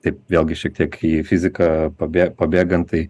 taip vėlgi šiek tiek į fiziką pabė pabėgant tai